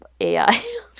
ai